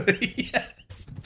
Yes